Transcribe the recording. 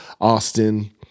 Austin